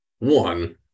one